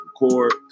record